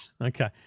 Okay